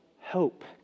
hope